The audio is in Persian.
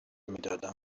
میدادم